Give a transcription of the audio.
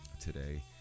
today